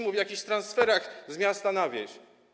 mówi o jakichś transferach z miasta na wieś?